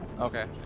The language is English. Okay